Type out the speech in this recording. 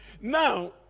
now